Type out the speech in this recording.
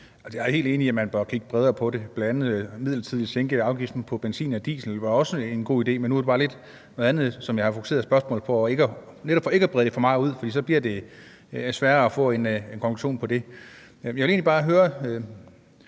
i, at man bør kigge bredere på det og bl.a. sænke afgiften midlertidigt på benzin og diesel – det var også en god idé. Men nu er det ligesom lidt noget andet, jeg har fokuseret på i spørgsmålet, for netop ikke at brede det for meget ud, for så bliver det sværere at få en konklusion på det. Jeg vil egentlig bare høre